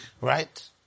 right